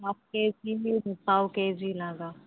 half KG పావు KG లాగా